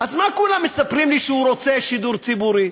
אז מה כולם מספרים לי שהוא רוצה שידור ציבורי.